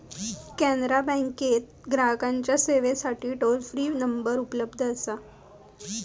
कॅनरा बँकेत ग्राहकांच्या सेवेसाठी टोल फ्री नंबर उपलब्ध असा